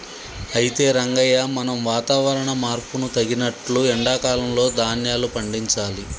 అయితే రంగయ్య మనం వాతావరణ మార్పును తగినట్లు ఎండా కాలంలో ధాన్యాలు పండించాలి